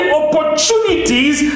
opportunities